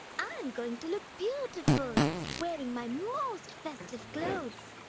i'm going to look beautiful wearing my most festive clothes.